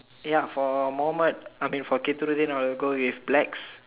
ya for Mohamed I mean for Kithrudin I will go with blacks